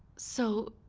so,